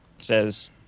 says